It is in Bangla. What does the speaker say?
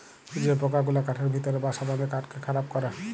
যে পকা গুলা কাঠের ভিতরে বাসা বাঁধে কাঠকে খারাপ ক্যরে